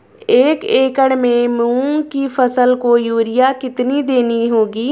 दस एकड़ में मूंग की फसल को यूरिया कितनी देनी होगी?